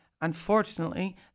unfortunately